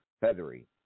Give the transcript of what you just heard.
feathery